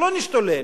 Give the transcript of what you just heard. שלא נשתולל,